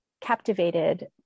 captivated